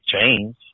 change